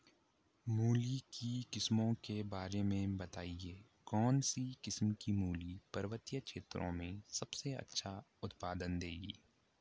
मूली की किस्मों के बारे में बताइये कौन सी किस्म की मूली पर्वतीय क्षेत्रों में सबसे अच्छा उत्पादन देंगी?